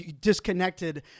disconnected